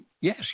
yes